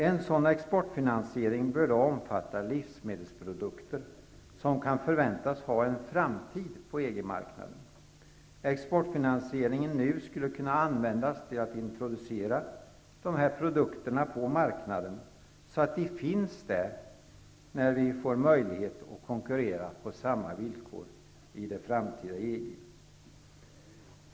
En sådan exportfinansiering bör omfatta livsmedelsprodukter som kan förväntas ha en framtid på EG-marknaden. Exportfinansieringen nu skulle kunna användas till en introduktion av de här produkterna på marknaden, så att de finns där när vi får möjlighet att konkurrera på samma villkor som andra i det framtida EG.